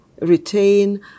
retain